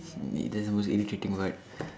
okay that is the most irritating part